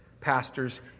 pastors